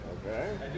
Okay